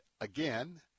again